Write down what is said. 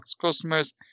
customers